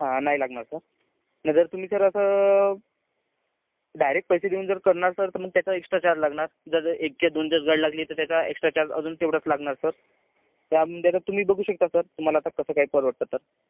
हां नाही लागणार सर नाहीतर तुम्ही सर असं डायरेक्ट पैसे देऊन जर करणार असाल तर मग त्याचा एक्स्ट्रा चार्ज लागणार जर एक किंवा दोन दिवस गाडी लागली तर त्याचा एक्स्ट्रा चार्ज अजून तेवढाच लागणार सर त्यामधे आता तुम्ही बघू शकता सर तुम्हाला आता कसं काय परवडते तर